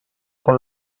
con